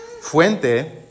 fuente